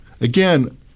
again